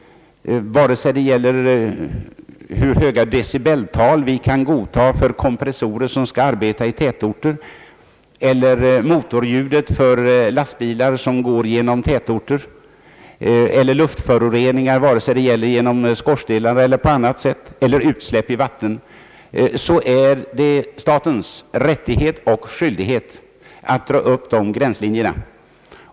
Vare sig det gäller hur höga decibeltal vi kan godta för kompressorer som skall arbeta i tätorter eller motorljudet från lastbilar som går genom tätorter, luftföroreningar — genom skorstenar eller på annat sätt — eller utsläpp i vatten, så är det statens rättighet och skyldighet att dra upp gränslinjerna.